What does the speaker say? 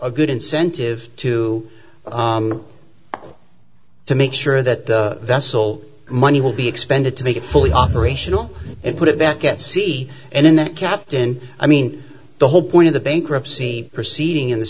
a good incentive to to make sure that vessel money will be expended to make it fully operational and put it back at sea and in that captain i mean the whole point of the bankruptcy proceeding